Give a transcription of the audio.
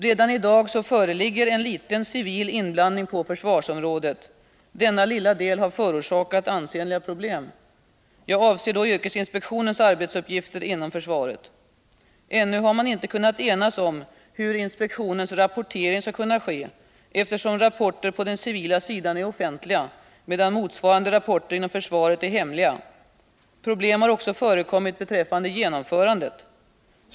Redan i dag föreligger en liten civil inblandning på försvarsområdet. Denna lilla del har förorsakat ansenliga problem. Jag avser då yrkesinspektionens arbetsuppgifter inom försvaret. Ännu har man inte kunnat enas om hur inspektionens rapportering skall kunna ske, eftersom rapporter på den civila sidan är offentliga, medan motsvarande rapporter inom försvaret är hemliga. Problem har också förekommit beträffande genomförandet.